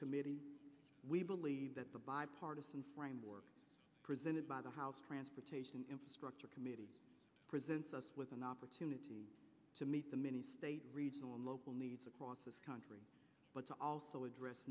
committee we believe that the bipartisan framework presented by the house transportation infrastructure committee presents us with an opportunity to meet the many state regional and local needs across this country but to also address